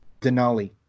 Denali